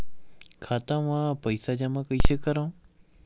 खाता म पईसा जमा कइसे करव?